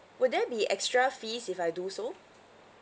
would there be extra fees if I do so